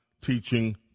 teaching